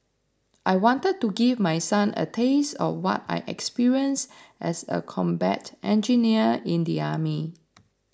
I wanted to give my son a taste of what I experienced as a combat engineer in the army